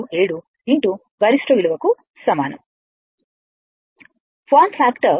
637 గరిష్ట విలువ కు సమానం ఫార్మ్ ఫ్యాక్టర్ విలువ 1